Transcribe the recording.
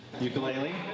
Ukulele